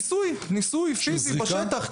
ניסוי פיזי בשטח.